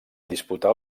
disputar